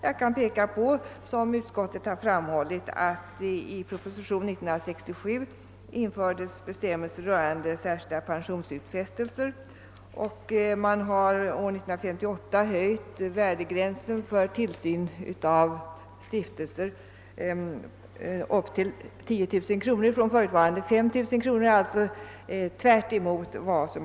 Jag kan peka på att det, såsom utskottet framhållit, enligt en proposition år 1967 infördes bestämmelser rörande särskilda pensionsutfästelser och att man år 1958 höjde värdegränsen för tillsyn av stiftelser från förutvarande 5 000 kronor till 10 000 kronor.